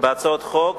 בהצעת חוק